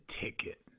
ticket